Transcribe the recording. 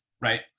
right